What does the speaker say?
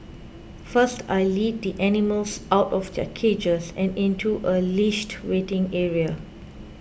first I lead the animals out of their cages and into a leashed waiting area